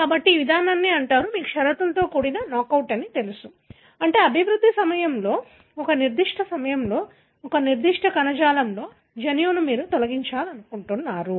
కాబట్టి ఈ విధానాన్ని అంటారు మీకు షరతులతో కూడిన నాకౌట్ తెలుసు అంటే అభివృద్ధి సమయంలో ఒక నిర్దిష్ట సమయంలో ఒక నిర్దిష్ట కణజాలంలో జన్యువును మీరు తొలగించాలనుకుంటున్నారు